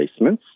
placements